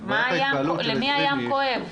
למי הים כואב?